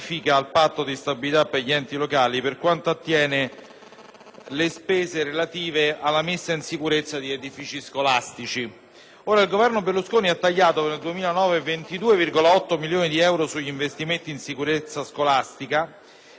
alle spese relative alla messa in sicurezza degli edifici scolastici. Il Governo Berlusconi per il 2009 ha tagliato 22,8 milioni di euro sugli investimenti in sicurezza scolastica e l'emendamento vuole intervenire su quest'assurda situazione.